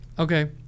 Okay